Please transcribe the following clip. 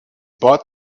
bought